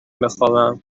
بخوابم